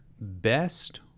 best